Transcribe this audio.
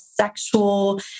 sexual